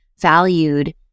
valued